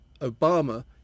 Obama